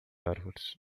árvores